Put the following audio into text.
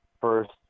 first